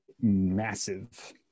massive